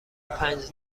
پنج